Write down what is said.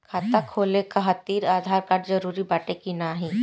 खाता खोले काहतिर आधार कार्ड जरूरी बाटे कि नाहीं?